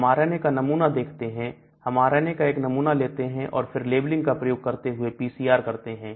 हम RNA का नमूना देखते हैं हम RNA का एक नमूना लेते हैं और फिर लेवलिंग का प्रयोग करते हुए PCR करते हैं